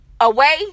away